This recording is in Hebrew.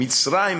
מצרים,